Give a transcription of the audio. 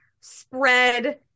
spread